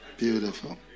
beautiful